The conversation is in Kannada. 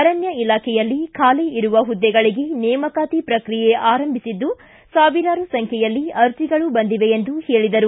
ಅರಣ್ಣ ಇಲಾಖೆಯಲ್ಲಿ ಖಾಲಿ ಇರುವ ಹುದ್ದೆಗಳಿಗೆ ನೇಮಕಾತಿ ಪ್ರಕ್ರಿಯೆ ಆರಂಭಿಸಿದ್ದು ಸಾವಿರಾರು ಸಂಖ್ಯೆಯಲ್ಲಿ ಅರ್ಜಿಗಳು ಬಂದಿವೆ ಎಂದರು